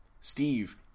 Steve